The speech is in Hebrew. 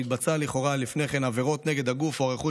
והתבצעו לכאורה לפני כן עבירות נגד הגוף או הרכוש